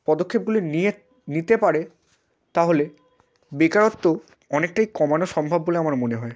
পদক্ষেপগুলি নিয়ে নিতে পারে তাহলে বেকারত্ব অনেকটাই কমানো সম্ভব বলে আমার মনে হয়